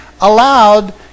allowed